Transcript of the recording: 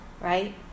right